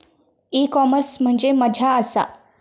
E commerce म्हणजे मझ्या आसा?